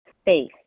space